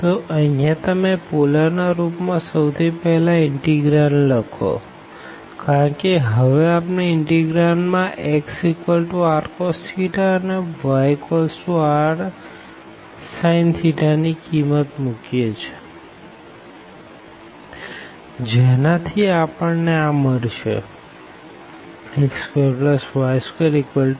તો અહિયાં તમે પોલર ના રૂપ માં સૌથી પેહલા ઇનટેગ્રાંડ લખોકારણ કે હવે આપણે ઇનટેગ્રાંડ માં xrcos અને yrsin ની કિંમત મુકીએ છે જેના થી આપણને આ મળશે x2y2r2